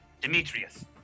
Demetrius